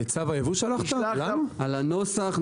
על הנוסח,